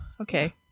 Okay